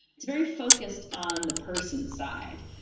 it's very focused on the person side.